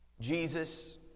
Jesus